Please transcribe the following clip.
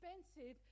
expensive